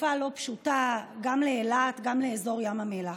בתקופה לא פשוטה גם לאילת, גם לאזור ים המלח.